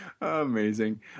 Amazing